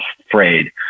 afraid